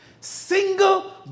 single